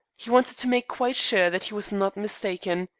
he wanted to make quite sure that he was not mistaken.